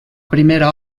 primera